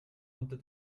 unter